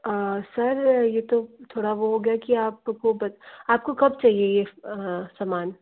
sir ये तो थोड़ा वो हो गया कि आपको बत आपको कब चाहिए ये सामान